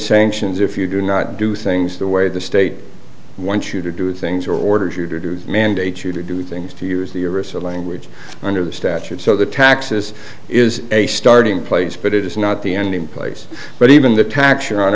sanctions if you do not do things the way the state wants you to do things or orders you to do mandate you to do things to use the universal language under the statute so the taxes is a starting place but it is not the end in place but even the tax